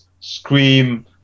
scream